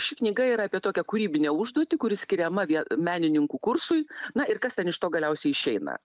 ši knyga yra apie tokią kūrybinę užduotį kuri skiriama vie menininkų kursui na ir kas ten iš to galiausiai išeina